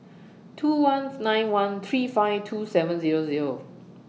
two once nine one three five two seven Zero Zero